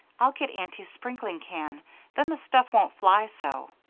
i'll get aunty's sprinkling can then the stuff won't fly so.